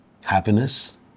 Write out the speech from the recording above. happiness